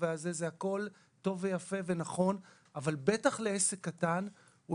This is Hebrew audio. הכול טוב ויפה ונכון אבל בטח לעסק קטן הוא